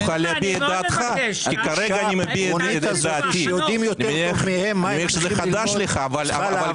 הגישה העקרונית הזאת צריכה לעבור מהעולם.